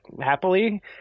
happily